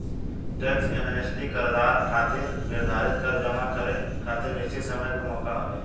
tax amnesty करदाता खातिर निर्धारित कर जमा करे खातिर निश्चित समय के मौका हवे